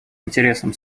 интересам